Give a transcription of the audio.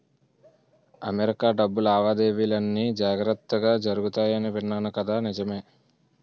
America డబ్బు లావాదేవీలన్నీ జాగ్రత్తగా జరుగుతాయని విన్నాను కదా నిజమే